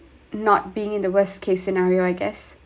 not being in the worst case scenario I guess